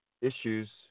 issues